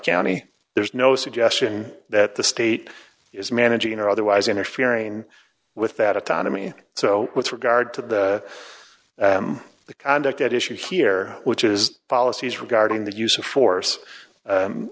county there's no suggestion that the state is managing or otherwise interfering with that autonomy so with regard to the conduct at issue here which is policies regarding the use of force